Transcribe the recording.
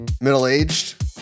middle-aged